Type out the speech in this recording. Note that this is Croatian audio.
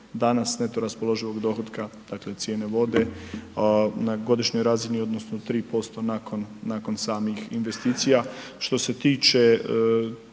danas neto raspoloživog dohotka, dakle cijene vode na godišnjoj razini, odnosno 3% nakon samih investicija.